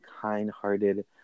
kind-hearted